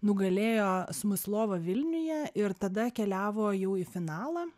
nugalėjo smuslovą vilniuje ir tada keliavo jau į finalą